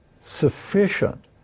sufficient